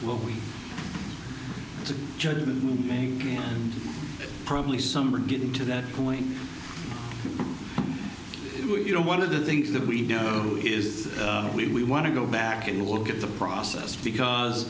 will we it's a judgment moving and probably some are getting to that point you know one of the things that we know is we want to go back and look at the process because